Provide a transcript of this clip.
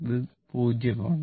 ഇത് 0 ആണ്